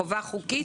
חובה חוקית.